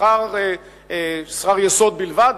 שכר יסוד בלבד,